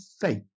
faith